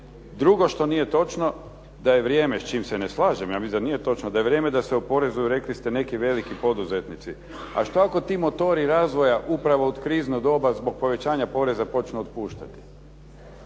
Drugo što nije točno da je vrijeme, s čim se ne slažem, ja mislim da nije točno da se oporezuju, rekli ste, neki veliki poduzetnici. A što ako ti motori razvoja upravo u krizno doba zbog povećanja poreza počnu otpuštati?